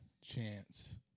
chance